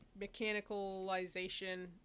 mechanicalization